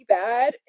bad